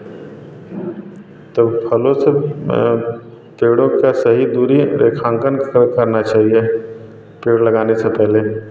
तब फलों से पेड़ों का सही दूरी रेखांकन करना चाहिए पेड़ लगाने से पहले